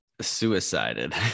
suicided